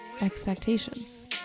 expectations